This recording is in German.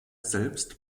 selbst